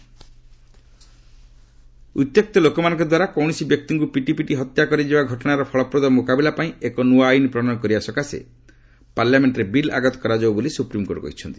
AC ଉତ୍ୟକ୍ତ ଲୋକମାନଙ୍କ ଦ୍ୱାରା କୌଣସି ବ୍ୟକ୍ତିଙ୍କୁ ପିଟିପିଟି ହତ୍ୟା କରାଯିବା ଘଟଣାର ଫଳପ୍ରଦ ମ୍ରକାବିଲା ପାଇଁ ଏକ ନ୍ୱଆ ଆଇନ୍ ପ୍ରଶୟନ କରିବା ଲାଗି ପାର୍ଲାମେଣ୍ଟରେ ବିଲ୍ ଆଗତ କରାଯାଉ ବୋଲି ସୁପ୍ରିମ୍କୋର୍ଟ କହିଛନ୍ତି